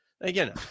Again